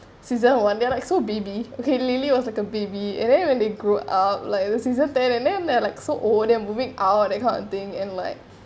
season one they are like so baby okay lily was a baby and then when they grew up like the season tell then they're like so old they moving out that kind of thing and like